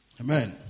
Amen